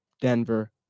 Denver